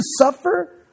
suffer